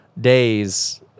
days